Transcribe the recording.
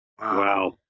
Wow